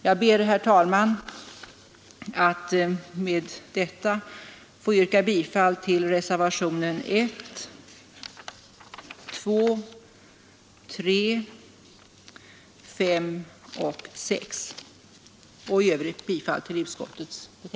Jag ber, herr talman, att med detta få yrka bifall till reservationerna 1,